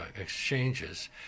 exchanges